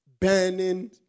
burning